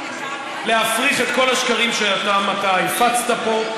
להפריך את כל השקרים שאותם אתה הפצת פה,